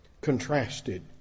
contrasted